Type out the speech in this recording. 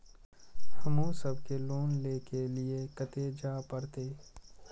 हमू सब के लोन ले के लीऐ कते जा परतें?